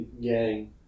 gang